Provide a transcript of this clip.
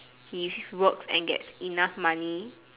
his work and get enough money